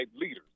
leaders